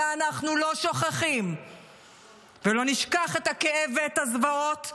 ואנחנו לא שוכחים ולא נשכח את הכאב ואת הזוועות,